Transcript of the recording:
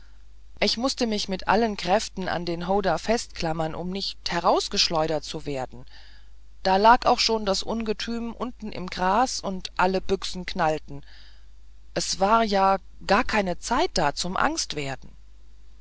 ich mußte mich mit allen kräften an den howdah festklammern um nicht herausgeschleudert zu werden da lag auch schon das ungetüm unten im grase und alle büchsen knallten es war ja gar keine zeit da zum